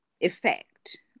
effect